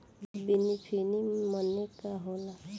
Beneficiary मने का होला?